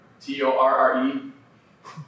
T-O-R-R-E